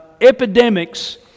epidemics